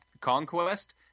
Conquest